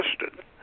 listed